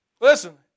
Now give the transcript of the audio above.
listen